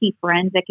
forensic